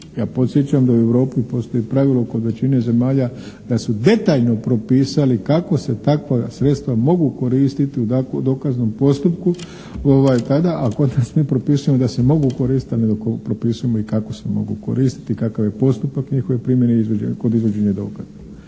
Ja podsjećam da i u Europi postoji pravilo kod većine zemalja da su detaljno propisali kako se takova sredstva mogu koristit u dokaznom postupku tada, a kod nas mi propisujemo da se mogu koristiti ali ne propisujemo i kako se mogu koristiti i kakav je postupak njihove primjene kod izvođenja dokaza.